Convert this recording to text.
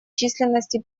численности